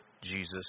Jesus